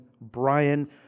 Brian